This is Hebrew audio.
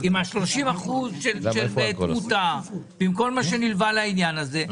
עם 30% תמותה ועם כל מה שנלווה לעניין הזה,